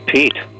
Pete